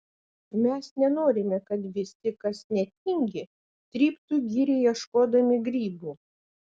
mes nenorime kad visi kas netingi tryptų girią ieškodami grybų